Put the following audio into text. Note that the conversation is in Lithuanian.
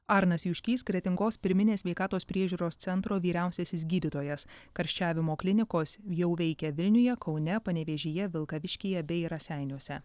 arnas juškys kretingos pirminės sveikatos priežiūros centro vyriausiasis gydytojas karščiavimo klinikos jau veikia vilniuje kaune panevėžyje vilkaviškyje bei raseiniuose